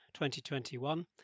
2021